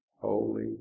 holy